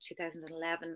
2011